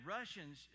Russians